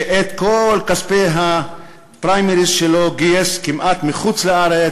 שכמעט את כל כספי הפריימריז שלו גייס מחוץ-לארץ,